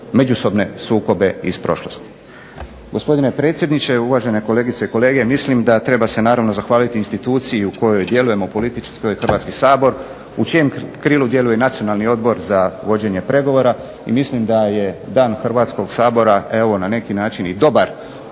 međusobne sukobe iz prošlosti. Gospodine predsjedniče, uvažene kolegice i kolege, mislim da treba se naravno zahvaliti instituciji u kojoj djelujemo politički, to je Hrvatski sabor u čijem krilu djeluje i Nacionalni odbor za vođenje pregovora i mislim da je Dan Hrvatskog sabora evo na neki način i dobar